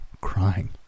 crying